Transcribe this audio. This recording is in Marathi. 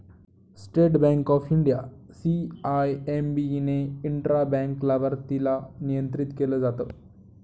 state Bank of India, CIMB ने इंट्रा बँक लाभार्थीला नियंत्रित केलं जात